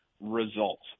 results